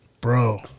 Bro